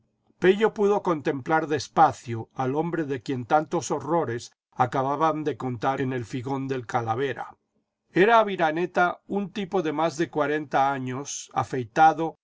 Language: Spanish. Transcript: pello pudo contemplar despacio al hombre de quien tantos horrores acababan de contar en el figón del calavera era aviraneta un tipo de más de cuarenta años afeitado